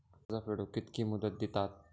कर्ज फेडूक कित्की मुदत दितात?